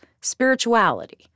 spirituality